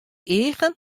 eagen